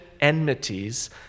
enmities